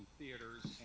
theaters